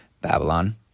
Babylon